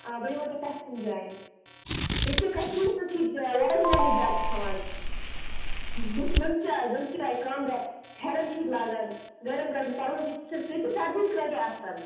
آ بہٕ نِمہو تُہۍ پرٛتھ کُنہِ جایہِ ییٚتہِ چھِ کَشمیٖرَس منٛز چھِ ییٚتہِ وازوانٕے زیادٕ کھیٚوان بیٚیہِ چھِ نُن چاے نُن چاے کانٛگٕر فیٚرَن چھِ ییٚتہِ لاگان گَرم گَرم پَلو چھِ ییٚتہِ ییٚتہِ چھِ سَردی تہِ واریاہ آسان